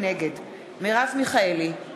נגד מרב מיכאלי,